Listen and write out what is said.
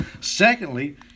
Secondly